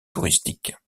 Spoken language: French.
touristique